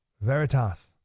Veritas